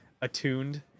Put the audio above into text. attuned